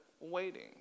waiting